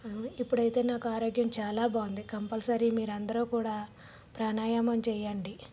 ఇప్పుడైతే నాకు ఆరోగ్యం చాలా బాగుంది కంపల్సరీ మీరందరు కూడా ప్రాణాయామం చేయండి